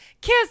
kiss